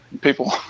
people